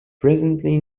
presently